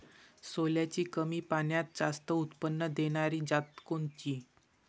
सोल्याची कमी पान्यात जास्त उत्पन्न देनारी जात कोनची?